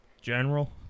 General